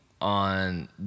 on